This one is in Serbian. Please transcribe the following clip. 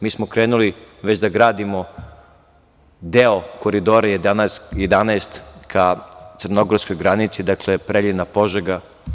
Mi smo krenuli već da gradimo deo Koridora 11 ka crnogorskoj granici, dakle, Preljina – Požega.